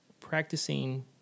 practicing